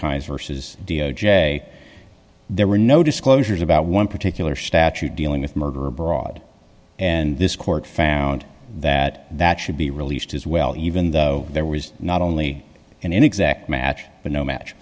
times versus d o j there were no disclosures about one particular statute dealing with murder abroad and this court found that that should be released as well even though there was not only an exact match but no match